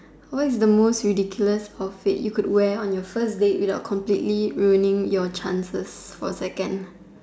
what is the most ridiculous outfit you could wear on your first date without completely ruining your chances for a second